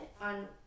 on